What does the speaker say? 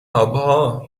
آبها